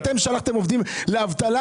ואתם שלחתם עובדים לאבטלה.